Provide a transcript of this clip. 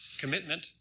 commitment